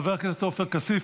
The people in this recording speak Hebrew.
חבר הכנסת עופר כסיף,